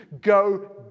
go